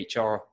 HR